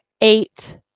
eight